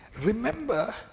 Remember